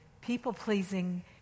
people-pleasing